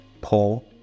Paul